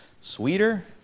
Sweeter